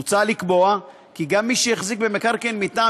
מוצע לקבוע כי גם מי שהחזיק במקרקעין מטעם